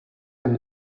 can